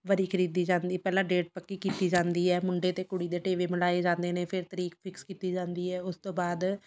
ਵਰੀ ਖਰੀਦੀ ਜਾਂਦੀ ਪਹਿਲਾਂ ਡੇਟ ਪੱਕੀ ਕੀਤੀ ਜਾਂਦੀ ਹੈ ਮੁੰਡੇ ਅਤੇ ਕੁੜੀ ਦੇ ਟੇਵੇ ਮਿਲਾਏ ਜਾਂਦੇ ਨੇ ਫਿਰ ਤਰੀਕ ਫਿਕਸ ਕੀਤੀ ਜਾਂਦੀ ਹੈ ਉਸ ਤੋਂ ਬਾਅਦ